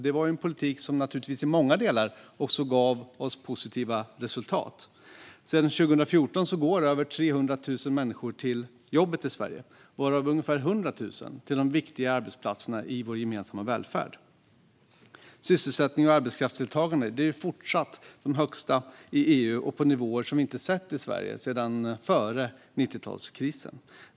Det var en politik som i många delar gav oss positiva resultat. Sedan 2014 går över 300 000 fler människor till jobbet i Sverige, varav ungefär 100 000 till de viktiga arbetsplatserna i vår gemensamma välfärd. Sysselsättningen och arbetskraftsdeltagandet är fortsatt de högsta i EU och på nivåer som vi inte har sett i Sverige sedan före 90-talskrisen.